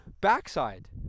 backside